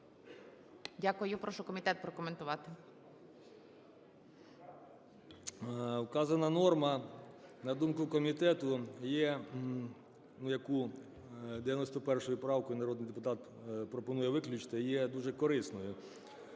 Прошу комітет прокоментувати.